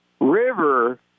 River